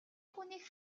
хүнийг